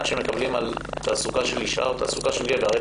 שמקבלים על תעסוקה של אישה או תעסוקה של גבר.